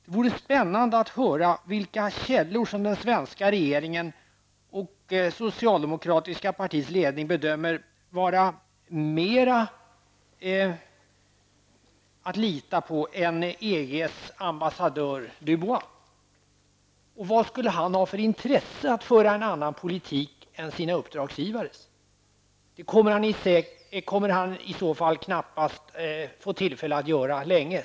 Det vore spännande att höra vilka källor som den svenska regeringen och det socialdemokratiska partiets ledning bedömer vara mer att lita på än EGs ambassadör Dubois. Och vad skulle han ha för intresse av att föra en annan politik än sina uppdragsgivares? Det kommer han i så fall knappast att få tillfälle att göra länge.